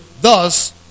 thus